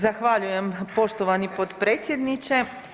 Zahvaljujem poštovani potpredsjedniče.